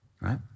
right